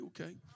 okay